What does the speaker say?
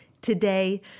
Today